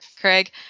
Craig